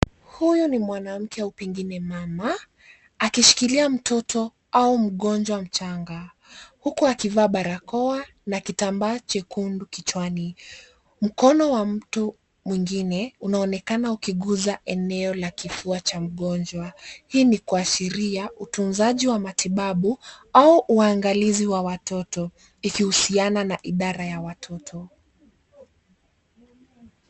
Huyo ni mwanamke au pengine mama akishikilia mtoto au mgonjwa mchanga, huku akivaa barakoa na kitambaa chekundu kichwani. Mkono wa mtu mwingine unaonekana ukiguza eneo la kifua cha mgonjwa. Hii ni kuashiria utunzaji wa matibabu au uangalizi wa watoto ikihusiana na idara ya watoto.